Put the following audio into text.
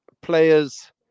players